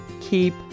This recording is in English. keep